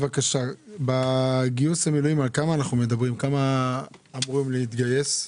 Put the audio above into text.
בבקשה, בגיוס למילואים, כמה אמורים להתגייס?